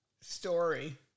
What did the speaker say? story